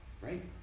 right